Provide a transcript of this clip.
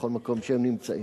בכל מקום שהם נמצאים.